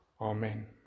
Amen